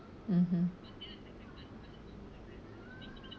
mm mm